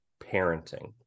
parenting